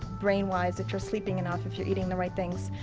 brain-wise, if you're sleeping enough, if you're eating the right things,